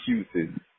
excuses